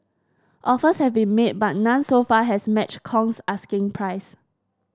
offers have been made but none so far has matched Kong's asking price